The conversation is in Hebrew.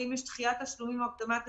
ואם יש דחיית תשלומים או הקדמת החזרים,